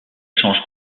change